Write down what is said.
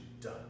done